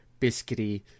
biscuity